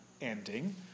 ending